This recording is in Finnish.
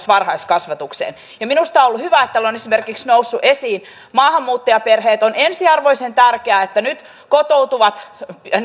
varhaiskasvatukseen minusta on ollut hyvä että täällä ovat nousseet esiin esimerkiksi maahanmuuttajaperheet on ensiarvoisen tärkeää että nyt kotoutuvat